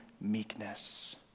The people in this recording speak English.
meekness